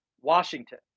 Washington